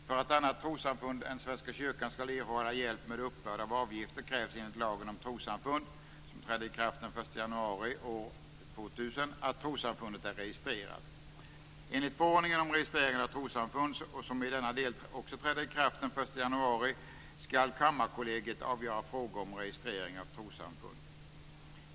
För att annat trossamfund än Svenska kyrkan ska erhålla hjälp med uppbörd av avgifter krävs enligt lagen om trossamfund, som träder i kraft den 1 januari år 2000, att trossamfundet är registrerat. Enligt förordningen om registrering av trossamfund, som i denna del träder i kraft den 1 januari, ska Kammarkollegiet avgöra frågor om registrering av trossamfund.